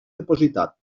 depositat